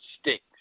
sticks